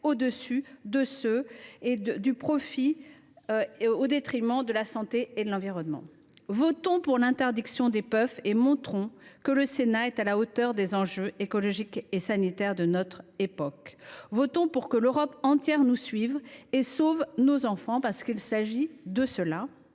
au dessus des profits réalisés au détriment de la santé et de l’environnement. Votons pour l’interdiction des puffs, montrons que le Sénat est à la hauteur des enjeux écologiques et sanitaires de notre époque. Votons pour que l’Europe entière nous suive et sauve nos enfants. La parole est à M.